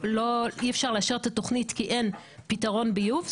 ואי אפשר לאשר את התוכנית כי אין פתרון ביוב,